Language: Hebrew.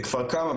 בכפר כמא,